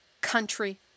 country